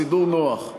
סידור נוח.